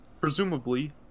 presumably